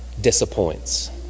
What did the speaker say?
disappoints